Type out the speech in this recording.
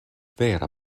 vera